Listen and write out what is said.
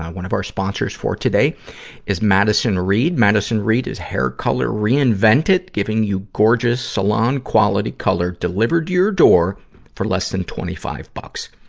ah one of our sponsors for today is madison reed. madison reed is hair color reinvented, giving you gorgeous, salon-quality color, delivered to your door for less than twenty five bucks.